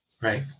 right